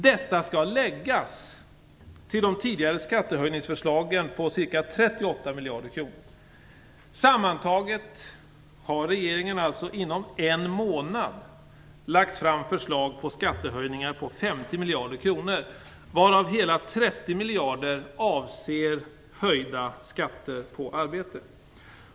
Detta skall läggas till de tidigare skattehöjningsförslagen på ca 38 miljarder. Sammantaget har regeringen alltså inom en månad lagt fram förslag på skattehöjningar på 50 miljarder kronor, varav hela 30 miljarder avser höjda skatter på arbete.